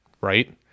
right